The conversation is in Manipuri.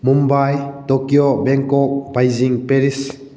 Mumbai Tokyo Bangkok Beijing Paris